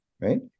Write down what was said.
right